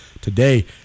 today